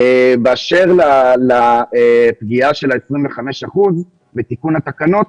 באשר לפגיעה של ה-25 אחוזים ותיקון התקנות.